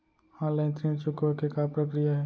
Online ऋण चुकोय के का प्रक्रिया हे?